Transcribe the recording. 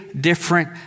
different